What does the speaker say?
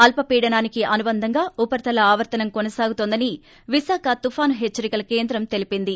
అల్పపీడనానికి అనుబంధంగా ఉపరితల ఆవర్తనం కొనసాగుతోందని విశాఖ తుఫాను హెచ్సరికల కేంద్రం తెలిపింది